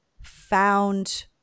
found